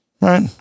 right